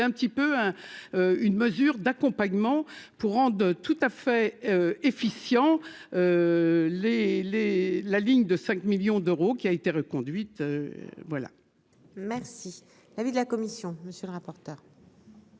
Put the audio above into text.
c'est un petit peu, hein, une mesure d'accompagnement pour rendent tout à fait efficient les, les, la ligne de 5 millions d'euros, qui a été reconduite. Voilà, merci l'avis de la commission, monsieur le rapporteur.